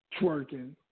Twerking